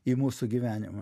į mūsų gyvenimą